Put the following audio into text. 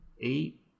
eight